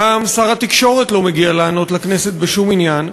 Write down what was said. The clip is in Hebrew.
גם שר התקשורת לא מגיע לענות לכנסת בשום עניין,